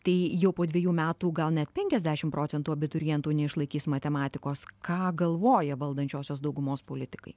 tai jau po dviejų metų gal net penkiasdešim procentų abiturientų neišlaikys matematikos ką galvoja valdančiosios daugumos politikai